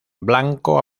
blanco